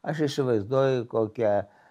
aš įsivaizduoju kokie